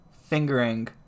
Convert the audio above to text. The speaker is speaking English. fingering